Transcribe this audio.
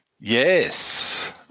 Yes